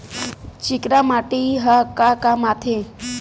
चिकना माटी ह का काम आथे?